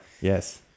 Yes